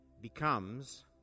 becomes